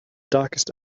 darkest